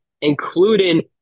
including